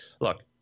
look